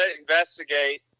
investigate